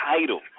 title